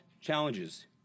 challenges